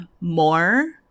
more